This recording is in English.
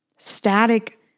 static